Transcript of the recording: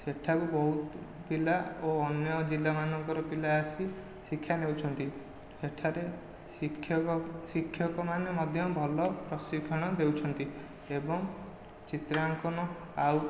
ସେଠାକୁ ବହୁତ ପିଲା ଓ ଅନ୍ୟ ଜିଲ୍ଲା ମାନଙ୍କର ପିଲା ଆସି ଶିକ୍ଷା ନେଉଛନ୍ତି ସେଠାରେ ଶିକ୍ଷକ ଶିକ୍ଷକ ମାନେ ମଧ୍ୟ ଭଲ ପ୍ରଶିକ୍ଷଣ ଦେଉଛନ୍ତି ଏବଂ ଚିତ୍ରାଙ୍କନ ଆଉ